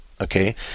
okay